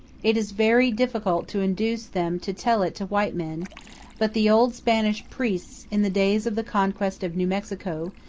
it is very difficult to induce them to tell it to white men but the old spanish priests, in the days of the conquest of new mexico,